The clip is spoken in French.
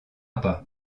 pas